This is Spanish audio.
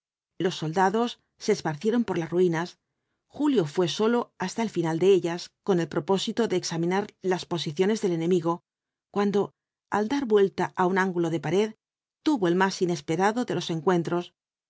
los soldados se esparcieron por las ruinas julio fué solo hasta el ñnal de ellas con el propósito de examinar las posiciones del enemigo cuando al dar vuelta á un ángulo de pared tuvo el más inesperado de los encuentros